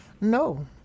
No